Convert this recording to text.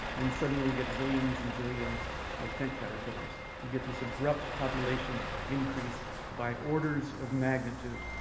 and suddenly you get zillions and zillions of tent caterpillars. you get this abrupt population increase by orders of magnitude.